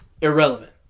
Irrelevant